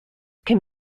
can